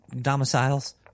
domiciles